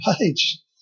page